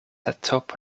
atop